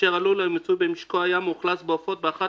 אשר הלול המצוי במשקו היה מאוכלס בעופות באחת